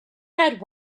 had